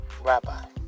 rabbi